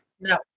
no